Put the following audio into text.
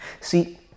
See